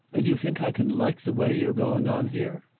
and you think i can like the way you're going on here?